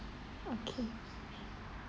okay